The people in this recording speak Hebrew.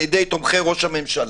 על ידי תומכי ראש הממשלה,